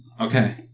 Okay